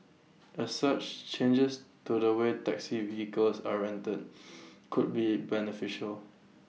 as such changes to the way taxi vehicles are rented could be beneficial